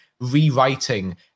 rewriting